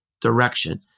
direction